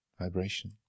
vibration